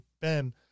Ben